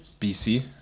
bc